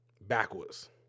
Backwards